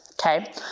Okay